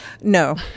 No